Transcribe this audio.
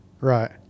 Right